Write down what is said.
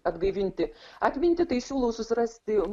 atgaivinti atmintį tai siūlau susirasti